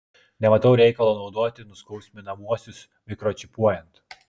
nematau reikalo naudoti nuskausminamuosius mikročipuojant